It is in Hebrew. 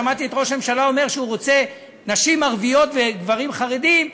שמעתי את ראש הממשלה אומר שהוא רוצה נשים ערביות וגברים חרדים,